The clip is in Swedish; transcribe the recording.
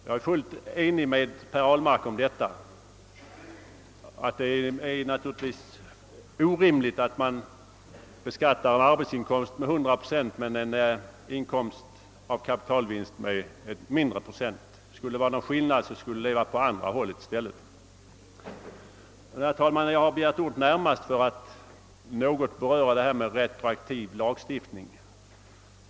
Jag är helt enig med Per Ahlmark om att det är orimligt att man beskattar en arbetsinkomst med 100 procent men en inkomst av kapitalvinst enligt en lägre procentsats. Skulle det ha varit någon skillnad borde det ha varit i andra riktningen. Jag har, herr talman, begärt ordet närmast för att något beröra detta med retroaktiv lagstiftning.